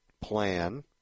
plan